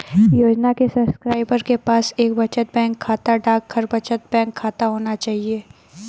योजना के सब्सक्राइबर के पास एक बचत बैंक खाता, डाकघर बचत बैंक खाता होना चाहिए